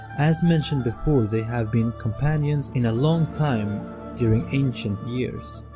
as mentioned before they have been companions in a long time during ancient years